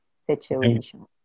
situation